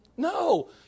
No